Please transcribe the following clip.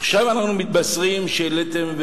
עכשיו אנחנו מתבשרים שהעליתם,